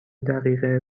دقیقه